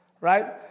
right